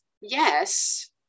yes